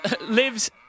lives